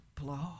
blow